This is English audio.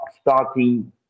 starting